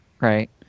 Right